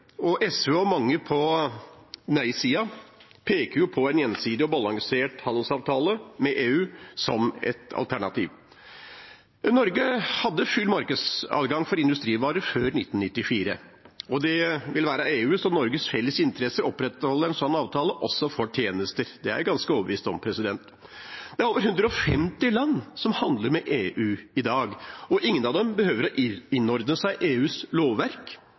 og SV og mange på neisiden peker på en gjensidig og balansert handelsavtale med EU som ett alternativ. Norge hadde full markedsadgang for industrivarer før 1994. Det vil være i EUs og Norges felles interesse å opprettholde en sånn avtale også for tjenester, det er jeg ganske overbevist om. Det er over 150 land som handler med EU i dag. Ingen av dem behøver å innordne seg EUs lovverk